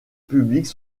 publiques